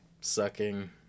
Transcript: sucking